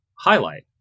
highlight